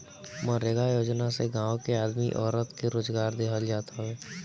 मनरेगा योजना से गांव के आदमी औरत के रोजगार देहल जात हवे